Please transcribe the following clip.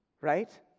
right